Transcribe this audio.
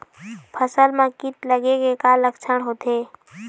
फसल म कीट लगे के का लक्षण होथे?